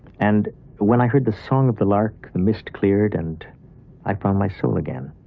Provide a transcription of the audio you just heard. and when i heard the song of the lark, the mist cleared, and i found my soul again.